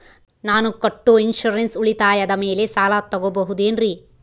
ನಾನು ಕಟ್ಟೊ ಇನ್ಸೂರೆನ್ಸ್ ಉಳಿತಾಯದ ಮೇಲೆ ಸಾಲ ತಗೋಬಹುದೇನ್ರಿ?